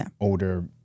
older